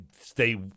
stay